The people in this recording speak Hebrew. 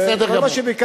בסדר גמור.